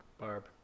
Barb